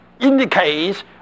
indicates